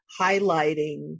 highlighting